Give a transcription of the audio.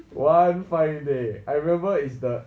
one fine day I remember is the